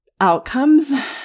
Outcomes